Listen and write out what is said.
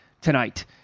tonight